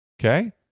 Okay